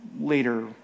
later